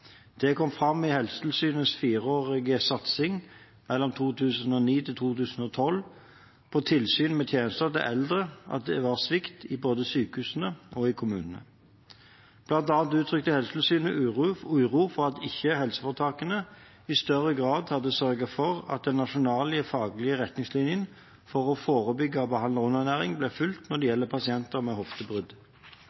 Det kom fram i Helsetilsynets fireårige satsing mellom 2009 og 2012, på tilsyn med tjenester til eldre, at det var svikt både i sykehusene og i kommunene. Blant annet uttrykte Helsetilsynet uro for at ikke helseforetakene i større grad hadde sørget for at den nasjonale faglige retningslinjen for å forebygge og behandle underernæring blir fulgt når det gjelder pasienter med hoftebrudd,